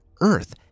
earth